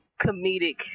comedic